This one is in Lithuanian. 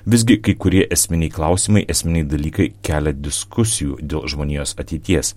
visgi kai kurie esminiai klausimai esminiai dalykai kelia diskusijų dėl žmonijos ateities